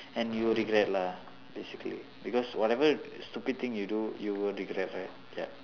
and you will regret lah basically because whatever stupid thing you do you will regret right ya